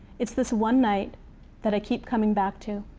it's this one night that i keep coming back to,